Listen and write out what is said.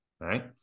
Right